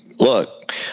Look